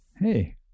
hey